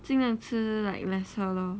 尽量吃 like lesser lor